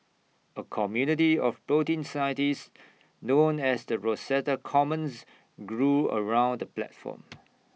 A community of protein scientists known as the Rosetta Commons grew around the platform